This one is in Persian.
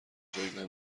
جایگاه